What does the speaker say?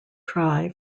try